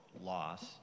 loss